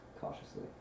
cautiously